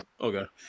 okay